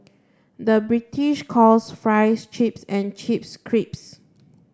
the British calls fries chips and chips